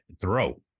throw